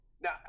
Now